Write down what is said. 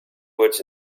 woods